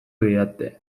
didate